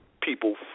people